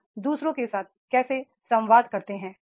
आप दू सरों के साथ कैसे संवाद करते हैं